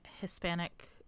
Hispanic